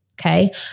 Okay